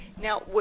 Now